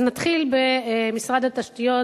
אז נתחיל במשרד התשתיות,